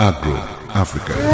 Agro-Africa